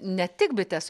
ne tik bites